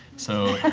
so,